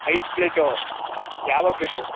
ಐದು ಪ್ಲೇಟು ಯಾವಾಗ ಬೇಕು